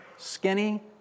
skinny